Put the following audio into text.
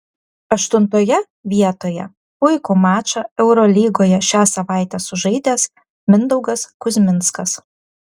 aštuntoje vietoje puikų mačą eurolygoje šią savaitę sužaidęs mindaugas kuzminskas